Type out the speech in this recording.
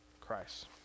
Christ